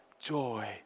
joy